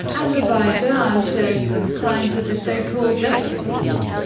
azerbaijan shows some signs of the so-called dutch disease,